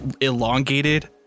elongated